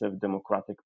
Democratic